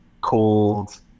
called